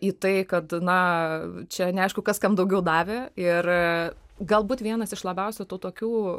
į tai kad na čia neaišku kas kam daugiau davė ir galbūt vienas iš labiausia tų tokių